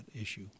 issue